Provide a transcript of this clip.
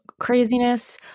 craziness